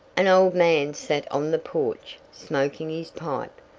an old man sat on the porch, smoking his pipe.